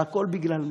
והכול בגלל מה?